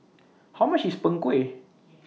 How much IS Png Kueh